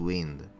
Wind